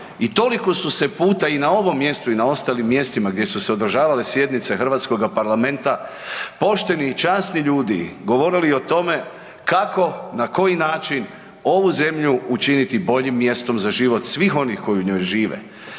i toliko su se puta i na ovom mjestu i na ostalim mjestima gdje su se održavale sjednice hrvatskoga parlamenta pošteni i časni ljudi govorili o tome kako, na koji način ovu zemlju učiniti boljim mjestom za život svih onih koji u njoj žive.